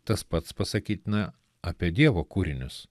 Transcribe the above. tas pats pasakytina apie dievo kūrinius